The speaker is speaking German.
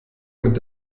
mit